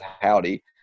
howdy